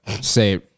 say